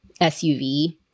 SUV